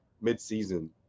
mid-season